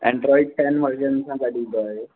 Android ten version सां गॾु ईंदो आए इहो